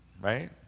right